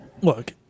look